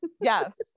yes